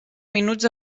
minuts